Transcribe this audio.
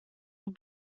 will